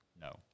No